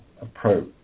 approach